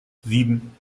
sieben